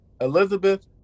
Elizabeth